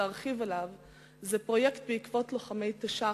הוא פרויקט "בעקבות לוחמי תש"ח".